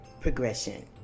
progression